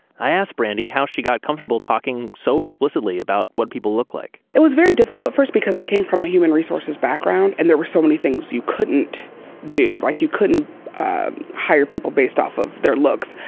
i asked brandy how she got comfortable talking so explicitly about what people look like it was very difficult at first because i came from a human resources background and there were so many things you couldn't do. like you couldn't hire people based off of their looks.